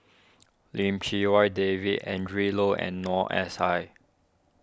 Lim Chee Wai David Adrin Loi and Noor S I